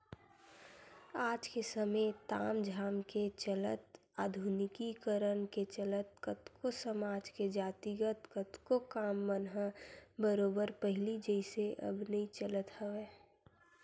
आज के समे ताम झाम के चलत आधुनिकीकरन के चलत कतको समाज के जातिगत कतको काम मन ह बरोबर पहिली जइसे अब नइ चलत हवय